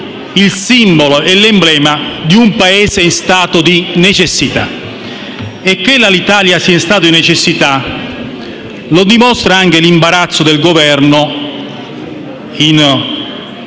il simbolo e l'emblema di un Paese in stato di necessità. Che l'Alitalia sia in stato di necessità è dimostrato anche dall'imbarazzo del Governo in carica,